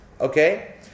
Okay